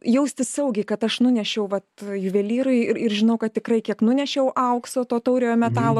jaustis saugiai kad aš nunešiau vat juvelyrui ir ir žinau kad tikrai kiek nunešiau aukso to tauriojo metalo